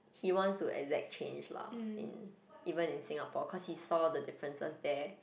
he wants to exact change lah in even in Singapore cause he saw the differences there